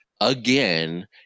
again